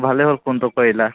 ভালে হ'ল ফোনটো কৰিলা